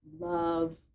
Love